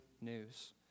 news